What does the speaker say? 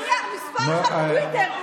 טוויטר, אני מס' אחת בטוויטר.